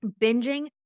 Binging